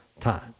time